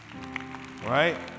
right